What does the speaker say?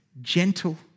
gentle